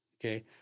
okay